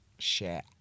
share